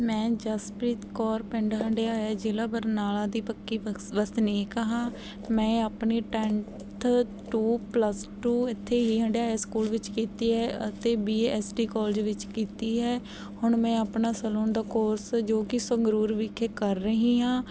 ਮੈਂ ਜਸਪ੍ਰੀਤ ਕੌਰ ਪਿੰਡ ਹੰਡਿਆਇਆ ਜ਼ਿਲ੍ਹਾ ਬਰਨਾਲਾ ਦੀ ਪੱਕੀ ਵਸ ਵਸਨੀਕ ਹਾਂ ਮੈਂ ਆਪਣੀ ਟੈਨਥ ਟੂ ਪਲਸ ਟੂ ਇੱਥੇ ਹੀ ਹੰਡਿਆਇਆ ਸਕੂਲ ਵਿੱਚ ਕੀਤੀ ਹੈ ਅਤੇ ਬੀ ਏ ਐਸਟੀ ਕਾਲਜ ਵਿੱਚ ਕੀਤੀ ਹੈ ਹੁਣ ਮੈਂ ਆਪਣਾ ਸਲੂਨ ਦਾ ਕੋਰਸ ਜੋ ਕਿ ਸੰਗਰੂਰ ਵਿਖੇ ਕਰ ਰਹੀ ਹਾਂ